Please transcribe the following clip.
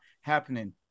happening